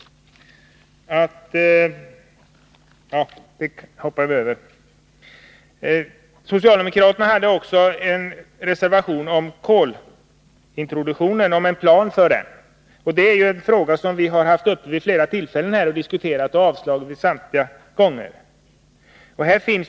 Socialdemokraterna har också avgivit en reservation om en plan för kolintroduktion. Det gäller här frågor som vi haft uppe vid flera tillfällen och diskuterat och samtliga gånger har dessa förslag avslagits.